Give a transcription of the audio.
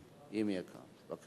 והערה